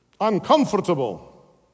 Uncomfortable